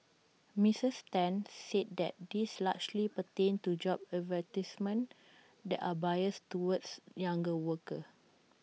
Mrs ten said that these largely pertained to job advertisements that are biased towards younger workers